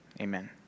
amen